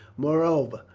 moreover,